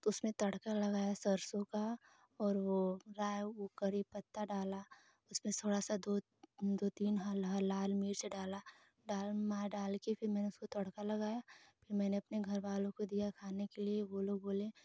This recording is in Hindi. उसमें तड़का लगाया सरसों का और वो राय कड़ी पत्ता डाला उसमें थोड़ा दो दो तीन हल हल लाल मिर्च डाला डाल मा डाल कर फिर मैंने उसको तड़का लगाया फिर मैने घरवालों को दिया खाने के लिए वो लोग बोले